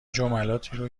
جملاتی